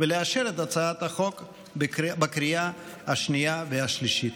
ולאשר את הצעת החוק בקריאה השנייה והשלישית.